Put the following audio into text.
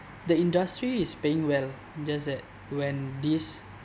the industry is paying well just that when this